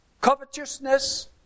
covetousness